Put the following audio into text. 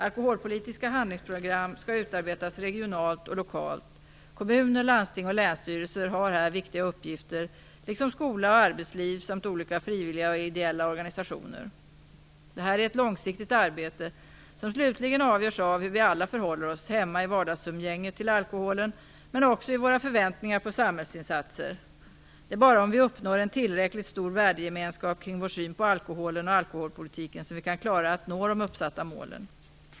Alkoholpolitiska handlingsprogram skall utarbetas regionalt och lokalt. Kommuner, landsting och länsstyrelser har här viktiga uppgifter liksom skola och arbetsliv samt olika frivilliga och ideella organisationer. Det här är ett långsiktigt arbete som slutligen avgörs av hur vi alla förhåller oss till alkoholen hemma i vardagsumgänget. Men avgörande är också våra förväntningar på samhällsinsatser. Det är bara om vi uppnår en tillräckligt stor värdegemenskap kring vår syn på alkoholen och alkoholpolitiken som vi kan klara att nå de uppsatta målen.